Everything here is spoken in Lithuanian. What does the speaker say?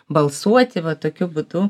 balsuoti va tokiu būtu